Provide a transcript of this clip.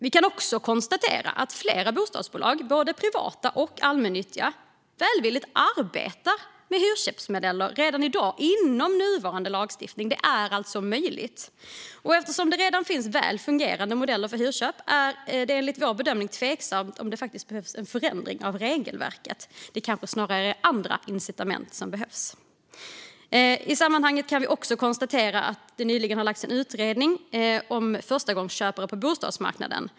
Vi kan också konstatera att flera bostadsbolag, både privata och allmännyttiga, välvilligt arbetar med hyrköpsmodeller redan i dag inom nuvarande lagstiftning. Det är alltså möjligt. Eftersom det redan finns väl fungerande modeller för hyrköp är det enligt vår bedömning tveksamt om det faktiskt behövs en förändring av regelverket. Det kanske snarare är andra incitament som behövs. I sammanhanget kan vi också konstatera att det nyligen har gjorts en utredning om förstagångsköpare på bostadsmarknaden.